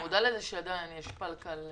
אתה יודע שעדיין יש פל-קל.